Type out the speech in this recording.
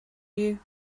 you